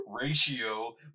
ratio